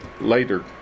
later